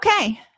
Okay